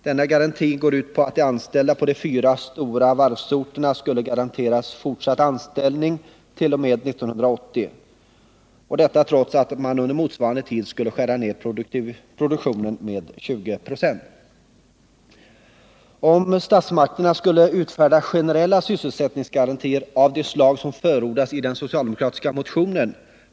Denna garanti går ut på att de anställda på de fyra stora varvsorterna skulle garanteras fortsatt anställning t.o.m. 1980, trots att man under motsvarande tid skulle skära ned produktionen med 20 96. I en socialdemokratisk motion förordas att statsmakterna skulle utfärda generella sysselsättningsgarantier.